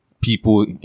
people